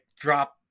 drop